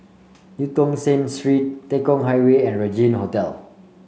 Eu Tong Sen Street Tekong Highway and Regin Hotel